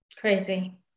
Crazy